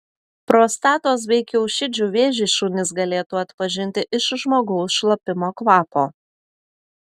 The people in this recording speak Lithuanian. prostatos bei kiaušidžių vėžį šunys galėtų atpažinti iš žmogaus šlapimo kvapo